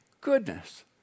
goodness